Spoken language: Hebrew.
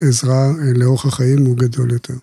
‫העזרה לאורך החיים הוא גדול יותר.